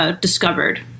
discovered